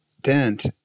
dent